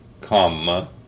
comma